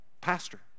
pastor